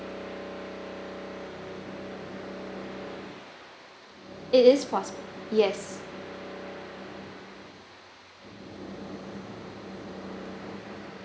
it is fast yes